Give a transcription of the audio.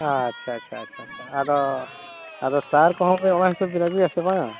ᱟᱪᱪᱷᱟ ᱟᱪᱪᱷᱟ ᱟᱪᱪᱷᱟ ᱟᱫᱚ ᱟᱫᱚ ᱥᱟᱨ ᱠᱚᱦᱚᱸ ᱵᱤᱱ ᱚᱱᱟ ᱦᱤᱸᱥᱟᱹᱵᱽ ᱵᱤᱱ ᱟᱹᱜᱩᱭᱟ ᱥᱮ ᱵᱟᱝᱟ